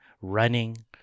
running